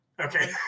okay